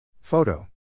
Photo